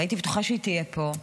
והייתי בטוחה שהיא תהיה פה,